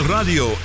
Radio